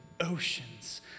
oceans